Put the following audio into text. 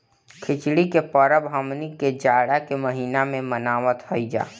खिचड़ी के परब हमनी के जाड़ा के महिना में मनावत हई जा